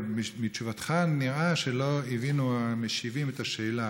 אבל מתשובתך נראה שהמשיבים לא הבינו את השאלה.